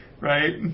right